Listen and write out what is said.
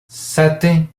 sete